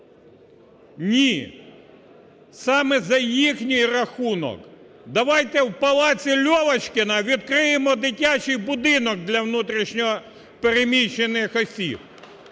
Ні! Саме за їхній рахунок. Давайте в палаці Льовочкіна відкриємо дитячий будинок для внутрішньо переміщених осіб.